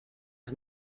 els